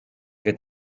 que